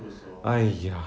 !aiya!